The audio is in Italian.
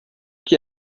chi